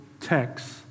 text